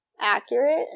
accurate